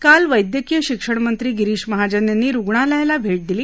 काल वैद्यकीय शिक्षणमंत्री गिरीश महाजन यांनी रुग्णालयाला भेट दिली